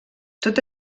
tot